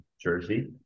jersey